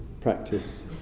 practice